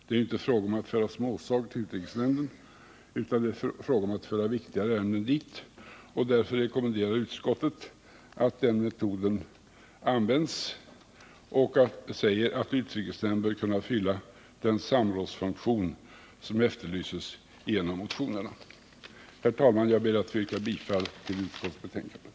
Det är ju inte fråga om att föra småsaker till utrikesnämnden, utan endast viktigare ärenden. Därför rekommenderar utskottet att den metoden används och menar att utrikesnämnden bör kunna fylla den samrådsfunktion som efterlyses i en av motionerna. Herr talman! Jag ber att få yrka bifall till utskottets hemställan.